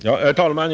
Herr talman!